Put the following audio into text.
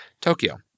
Tokyo